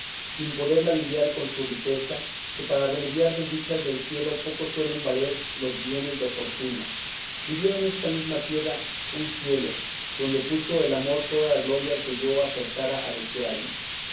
sin poderla aliviar con su riqueza que para remediar desdichas del cielo poco suelen valer los bienes de fortuna vivía en esta mesma tierra un cielo donde puso el amor toda la gloria que yo acertara a desearme